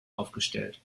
aufgestellt